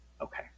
Okay